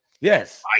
Yes